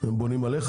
הם בונים עליך